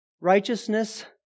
righteousness